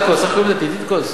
בעליית מחירי הדלק.